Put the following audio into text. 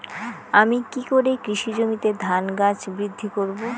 আমি কী করে কৃষি জমিতে ধান গাছ বৃদ্ধি করব?